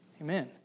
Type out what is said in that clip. Amen